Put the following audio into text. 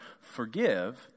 Forgive